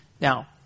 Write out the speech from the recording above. Now